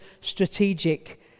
strategic